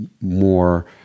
more